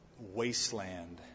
wasteland